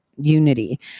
unity